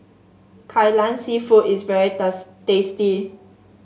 Kai Lan seafood is very tasty